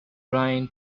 rain